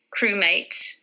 crewmates